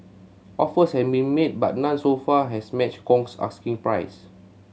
offers have been made but none so far has matched Kong's asking price